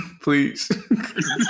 Please